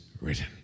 written